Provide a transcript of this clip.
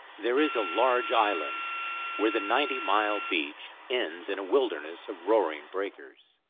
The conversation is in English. there is a large island where the ninety-mile beach ends in a wilderness of roaring breakers.